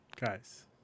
Guys